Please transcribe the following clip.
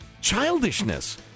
childishness